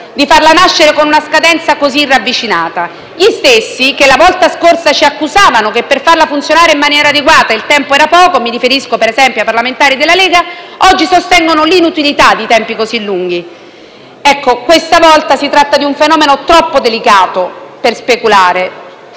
di farla nascere con una scadenza tanto ravvicinata. Gli stessi che la volta scorsa ci accusavano che per farla funzionare in maniera adeguata il tempo fosse poco (mi riferisco ad esempio ai parlamentari della Lega) oggi sostengono l'inutilità di tempi così lunghi. Questa volta si tratta di un fenomeno troppo delicato per speculare;